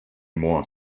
more